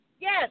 Yes